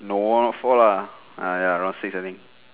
no not four lah ah ya around six I think